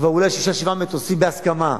אולי שישה-שבעה מטוסים, בהסכמה,